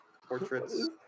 Portraits